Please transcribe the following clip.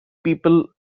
people